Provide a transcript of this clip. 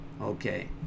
Okay